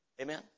Amen